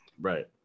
Right